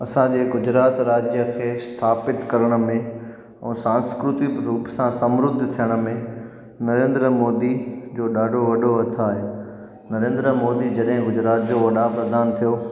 असांजे गुजरात राज्य खे स्थापित करण में ऐं सांस्कृतिक रूप सां समृद्ध थियण में नरेंद्र मोदी जो ॾाढो वॾो हथु आहे नरेंद्र मोदी जॾहिं गुजरात जो वॾा प्रधान थियो